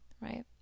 right